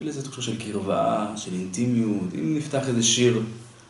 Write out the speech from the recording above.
איזה תחושה של קרבה, של אינטימיות, אם נפתח איזה שיר.